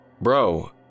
Bro